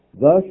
Thus